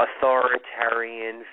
Authoritarian